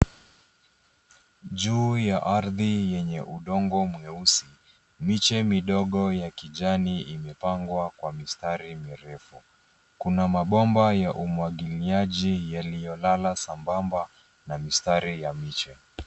Juu ya ardhi yenye udongo mweusi, miche midogo ya kijani imepangwa kwa mistari mirefu. Kuna mabomba ya umwagiliaji yaliyolala sambamba na mistari ya miche.